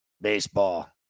baseball